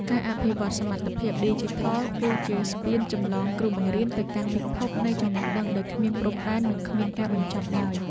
ការអភិវឌ្ឍសមត្ថភាពឌីជីថលគឺជាស្ពានចម្លងគ្រូបង្រៀនទៅកាន់ពិភពនៃចំណេះដឹងដែលគ្មានព្រំដែននិងគ្មានការបញ្ចប់ឡើយ។